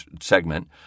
segment